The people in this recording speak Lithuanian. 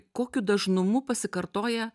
kokiu dažnumu pasikartoja